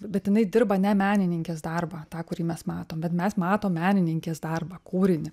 bet jinai dirba ne menininkės darbą tą kurį mes matom bet mes matom menininkės darbą kūrinį